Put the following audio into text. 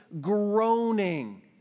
groaning